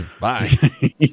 bye